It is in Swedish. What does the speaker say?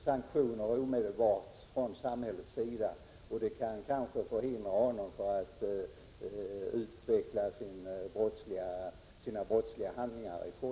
Sanktioner omedelbart från samhällets sida kan kanske förhindra att han fortsätter med sina brottsliga handlingar.